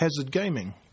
hazardgaming